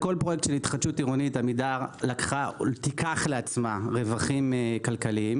בכל פרויקט של התחדשות עירונית עמידר תיקח לעצמה רווחים כלכליים